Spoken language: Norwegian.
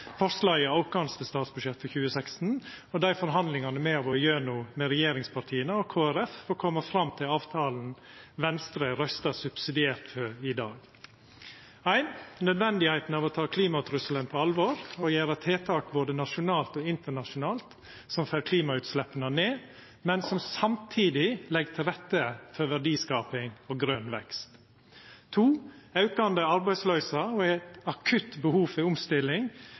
forslaget vårt til statsbudsjett for 2016, og dei forhandlingane som me har vore gjennom med regjeringspartia og Kristeleg Folkeparti for å koma fram til avtalen Venstre røystar subsidiert for i dag: nødvendigheita av å ta klimatrusselen på alvor, og gjera tiltak både nasjonalt og internasjonalt som får klimautsleppa ned, men som samstundes legg til rette for verdiskaping og grøn vekst aukande arbeidsløyse og eit akutt behov for omstilling,